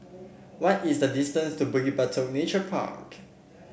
what is the distance to Bukit Batok Nature Park